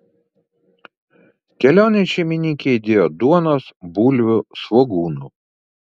kelionėn šeimininkė įdėjo duonos bulvių svogūnų